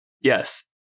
Yes